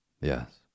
Yes